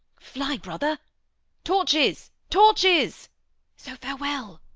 fly, brother torches, torches so farewell.